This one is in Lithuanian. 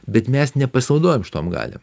bet mes nepasinaudojam šitom galiom